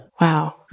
Wow